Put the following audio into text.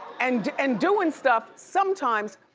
and and doing stuff, sometimes,